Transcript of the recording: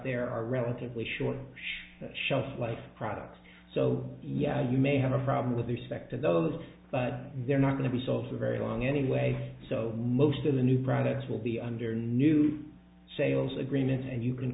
there are relatively short shelf life products so yeah you may have a problem with respect to those but they're not going to be sold for very long anyway so most of the new products will be under new sales agreements and you can